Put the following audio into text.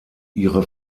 ihre